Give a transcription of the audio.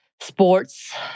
sports